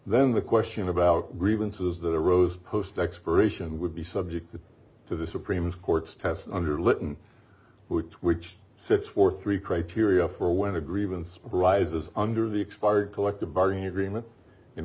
then the question about grievances that arose post expiration would be subject to the supreme court's test under lytton which sets for three criteria for when a grievance arises under the expired collective bargaining agreement in